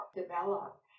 develop